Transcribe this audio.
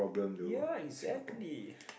ya exactly